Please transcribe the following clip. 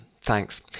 Thanks